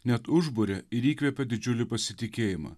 net užburia ir įkvepia didžiulį pasitikėjimą